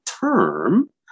term